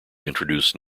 introduced